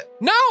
No